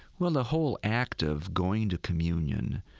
well, the whole act of going to communion,